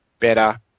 better